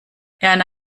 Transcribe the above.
erna